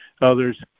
Others